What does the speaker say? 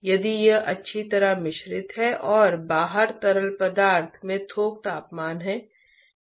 तो यह अनिवार्य रूप से हमें हीट एक्सचेंजर के डिजाइन में ले जाने का एक प्रकार है